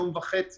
יום וחצי,